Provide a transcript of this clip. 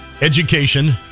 Education